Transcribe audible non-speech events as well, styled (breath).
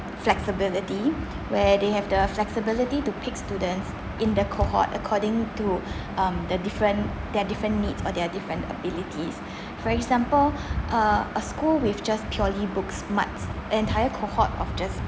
flexibility where they have the flexibility to pick students in the cohort according to (breath) um the different their different needs or their different abilities (breath) for example uh a school with just purely book smart an entire cohort of just